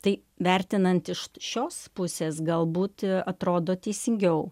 tai vertinant iš šios pusės galbūt atrodo teisingiau